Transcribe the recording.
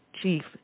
Chief